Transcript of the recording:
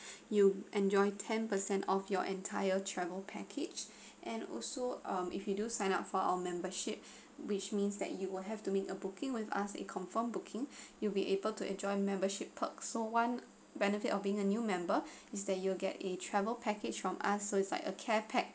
you enjoy ten percent off your entire travel package and also um if you do sign up for our membership which means that you will have to make a booking with us it confirmed booking you'll be able to enjoy membership perks so one benefit of being a new member is that you will get a travel package from us so it's like a care pack